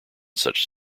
such